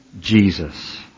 Jesus